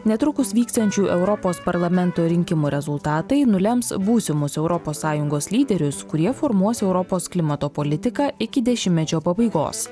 netrukus vyksiančių europos parlamento rinkimų rezultatai nulems būsimus europos sąjungos lyderius kurie formuos europos klimato politiką iki dešimtmečio pabaigos